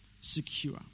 secure